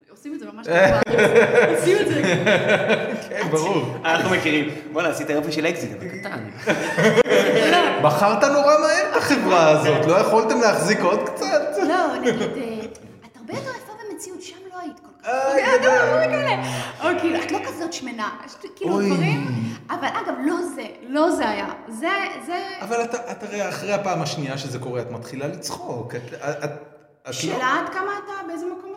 עושים את זה ממש טובה, עושים את זה רגע. כן, ברור. אה, אנחנו מכירים. בוא'נה, עשית יופי של אקסיט בקטן. מכרת נורא מהר את החברה הזאת. לא יכולתם להחזיק עוד קצת? לא, נראית... את הרבה יותר יפה במציאות. שם לא היית כל כך... אה, כן. או, כאילו, את לא כזאת שמנה. כאילו, דברים... אבל, אגב, לא זה, לא זה היה. זה, זה... אבל אתה, אתה רואה, אחרי הפעם השנייה שזה קורה, את מתחילה לצחוק. את... שאלה עד כמה אתה? באיזה מקום אתה?